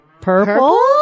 Purple